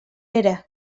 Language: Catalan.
era